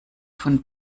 von